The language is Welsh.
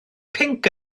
pinc